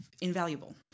invaluable